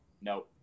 no